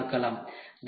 என்பதைப் பார்க்கலாம்